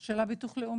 של ביטוח לאומי,